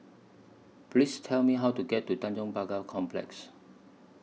Please Tell Me How to get to Tanjong Pagar Complex